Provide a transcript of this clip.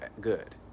good